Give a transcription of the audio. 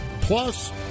Plus